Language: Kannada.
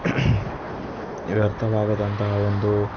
ವ್ಯರ್ಥವಾಗದಂತಹ ಒಂದು